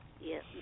Yes